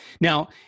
Now